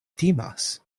timas